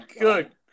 good